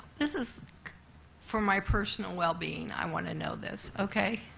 this is for my personal wellbeing, i want to know this, okay?